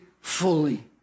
fully